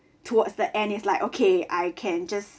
towards the end is like okay I can just